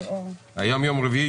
היום יום רביעי,